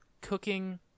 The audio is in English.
cooking